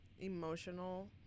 emotional